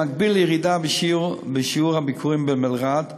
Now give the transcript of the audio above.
במקביל לירידה בשיעור הביקורים במלר"ד,